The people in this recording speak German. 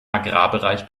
agrarbereich